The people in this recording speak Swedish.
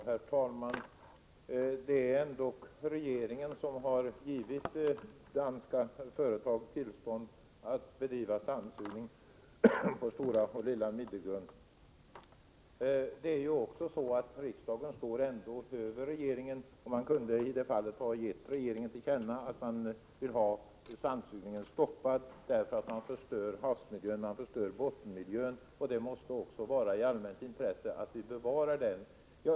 Herr talman! Det är regeringen som har givit danska företag tillstånd att bedriva sandsugning på Stora och Lilla Middelgrund. Riksdagen står ändå över regeringen och kunde i detta fall ha gett regeringen till känna att man vill att sandsugningen skall stoppas eftersom den förstör havsmiljön och bottenmiljön. Det måste även vara av allmänt intresse att bevara dessa miljöer.